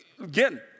Again